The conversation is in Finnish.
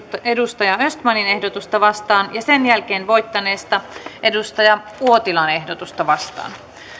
peter östmanin ehdotusta vastaan ja sen jälkeen voittaneesta kari uotilan ehdotusta vastaan